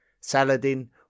Saladin